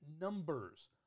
numbers